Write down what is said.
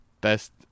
Best